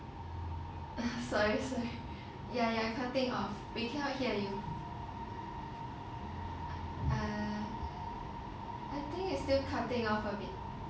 sorry sorry ya ya cutting off we can't hear you uh I think it's still cutting off a bit okay